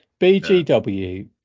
bgw